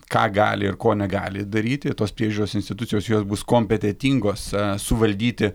ką gali ir ko negali daryti ir tos priežiūros institucijos jos bus kompetentingose suvaldyti